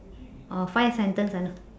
oh five sentence I know